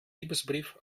liebesbrief